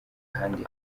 ahandi